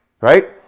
right